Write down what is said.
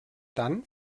dann